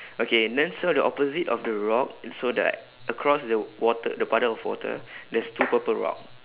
okay then so the opposite of the rock so the like across the water the puddle of water there's two purple rock